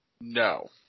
No